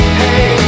hey